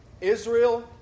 Israel